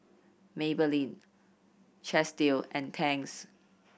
Maybelline Chesdale and Tangs